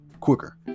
quicker